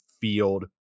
field